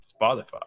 spotify